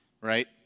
right